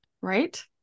Right